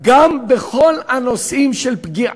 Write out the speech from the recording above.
סביבה